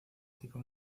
tipo